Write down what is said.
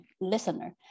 listener